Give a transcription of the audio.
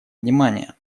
внимание